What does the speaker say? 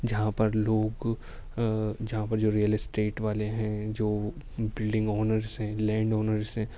جہاں پر لوگ جہاں پر جو ریئل اسٹیٹ والے ہیں جو بلڈنگ اونرس ہیں لینڈ اونرس ہیں